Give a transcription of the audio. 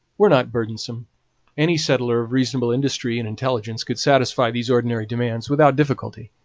were not burdensome any settler of reasonable industry and intelligence could satisfy these ordinary demands without difficulty.